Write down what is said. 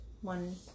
one